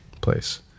place